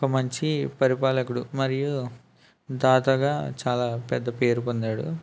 ఒక మంచి పరిపాలకుడు మరియు దాతగా చాలా పెద్ద పేరు పొందాడు